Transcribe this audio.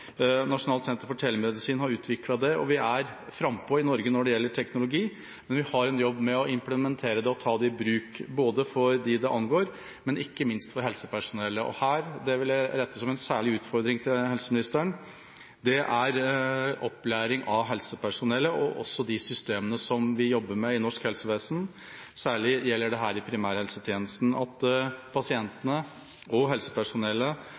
telemedisin har utviklet den. Vi er frampå i Norge når det gjelder teknologi, men vi har en jobb med å implementere det og ta det i bruk. Det gjelder dem det angår og ikke minst helsepersonell. Jeg vil rette en særlig utfordring til helseministeren, og det gjelder opplæring av helsepersonell i de systemene vi jobber med i norsk helsevesen, og særlig i primærhelsetjenesten. At pasientene og helsepersonellet